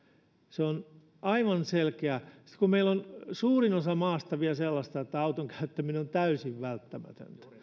se on aivan selkeää sitten kun meillä on suurin osa maasta vielä sellaista että auton käyttäminen on täysin välttämätöntä sitä